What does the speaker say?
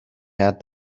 had